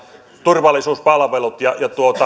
turvallisuuspalvelut